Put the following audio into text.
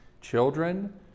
Children